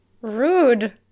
Rude